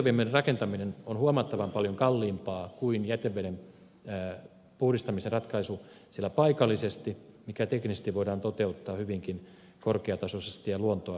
siirtoviemärin rakentaminen on huomattavan paljon kalliimpaa kuin jäteveden puhdistamisen ratkaisu siellä paikallisesti mikä teknisesti voidaan toteuttaa hyvinkin korkeatasoisesti ja luontoa pilaamatta